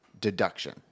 deduction